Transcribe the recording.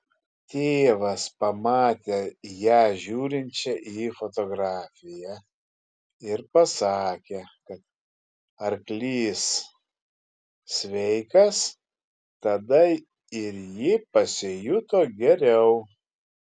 tėvas pamatė ją žiūrinčią į fotografiją ir pasakė kad arklys sveikas tada ir ji pasijuto geriau